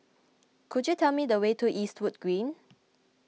could you tell me the way to Eastwood Green